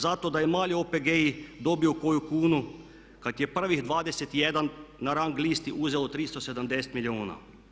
Zato da i mali OPG-i dobiju koju kunu kad je prvih 21 na rang listi uzelo 370 milijuna.